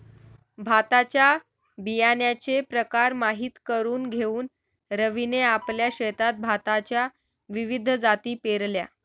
भाताच्या बियाण्याचे प्रकार माहित करून घेऊन रवीने आपल्या शेतात भाताच्या विविध जाती पेरल्या